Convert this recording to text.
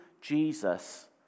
Jesus